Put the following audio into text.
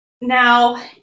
Now